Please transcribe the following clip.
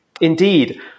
indeed